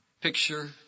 picture